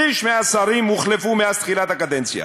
שליש מהשרים הוחלפו מאז תחילת הקדנציה